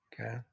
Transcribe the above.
okay